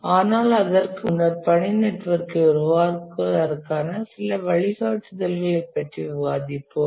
ஆனால் அதற்கு முன்னர் பணி நெட்வொர்க்கை உருவாக்குவதற்கான சில வழிகாட்டுதல்களைப் பற்றி விவாதிப்போம்